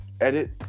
edit